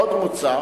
עוד מוצע